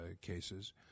cases